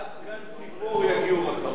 עד קן ציפור יגיעו רחמיך.